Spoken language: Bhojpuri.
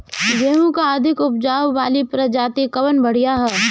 गेहूँ क अधिक ऊपज वाली प्रजाति कवन बढ़ियां ह?